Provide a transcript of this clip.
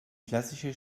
klassische